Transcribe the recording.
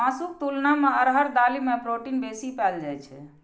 मासुक तुलना मे अरहर दालि मे प्रोटीन बेसी पाएल जाइ छै